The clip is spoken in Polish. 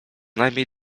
najmniej